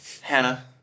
Hannah